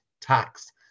tax